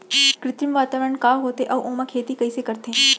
कृत्रिम वातावरण का होथे, अऊ ओमा खेती कइसे करथे?